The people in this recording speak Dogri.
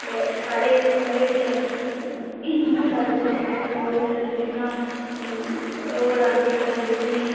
ते साढे ओह्दे बिच फसल बी साढी खराब होई सकदी जि'यां ओह् रांह्दे केह् आखदे उसी